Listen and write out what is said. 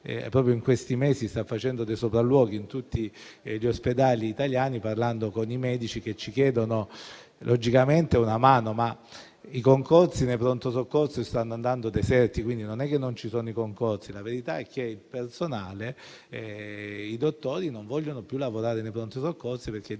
proprio in questi mesi sta facendo sopralluoghi in tutti gli ospedali italiani, per parlare con i medici, che logicamente ci chiedono una mano. I concorsi per i pronto soccorso però stanno andando deserti, quindi non è che non ci siano: la verità è che il personale e i dottori non vogliono più lavorare nei pronto soccorso, perché